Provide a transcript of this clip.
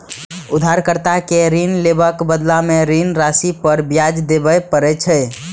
उधारकर्ता कें ऋण लेबाक बदला मे ऋण राशि पर ब्याज देबय पड़ै छै